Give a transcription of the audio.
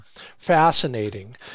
fascinating